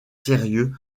sérieux